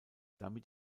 damit